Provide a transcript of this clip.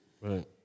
Right